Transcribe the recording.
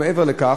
מעבר לכך,